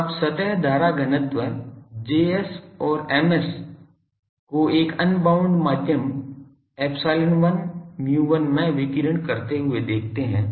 तो आप सतह धारा घनत्व Js और Ms को एक अनबाउंड माध्यम ε1 μ1 में विकीर्ण करते हुए देखते हैं